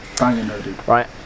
Right